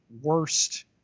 worst